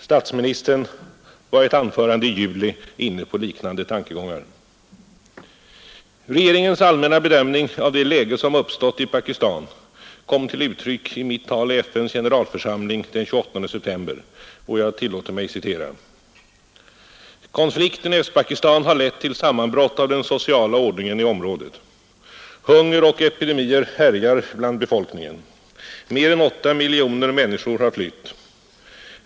Statsministern var i ett anförande i juli inne på liknande tankegångar. Regeringens allmänna bedömning av det läge som uppstått i Pakistan kom till uttryck i mitt tal i FN:s generalförsamling den 28 september. Jag tillåter mig citera: ”Konflikten i Östpakistan har lett till sammanbrott av den sociala ordningen i området. Hunger och epidemier härjar bland befolkningen. Mer än 8 miljoner människor har flytt.